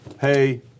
hey